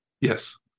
Yes